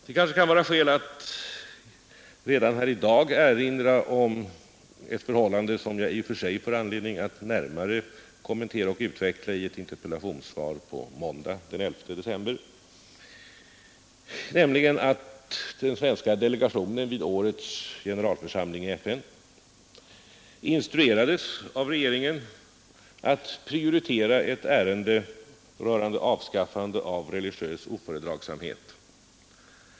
Det kanske kan vara skäl att redan här i dag erinra om ett förhållande som jag i och för sig får anledning att närmare kommentera och belysa i ett interpellationssvar på måndag den 11 december, nämligen att den svenska delegationen vid årets generalförsamling i FN instruerades av regeringen att prioritera ett ärende rörande avskaffande av religiös ofördragsamhet.